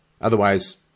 Otherwise